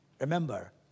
Remember